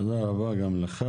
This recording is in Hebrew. תודה רבה גם לך.